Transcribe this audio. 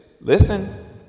Listen